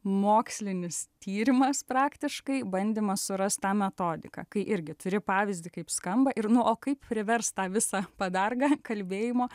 mokslinis tyrimas praktiškai bandymas surast tą metodiką kai irgi turi pavyzdį kaip skamba ir nu o kaip priverst tą visą padargą kalbėjimo